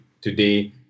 today